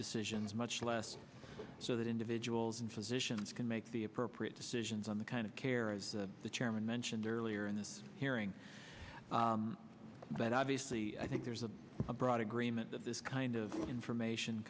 decisions much less so that individuals and physicians can make the appropriate decisions on the kind of care as the chairman mentioned earlier in this hearing but obviously i think there's a broad agreement that this kind of information